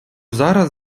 зараз